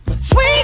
Sweet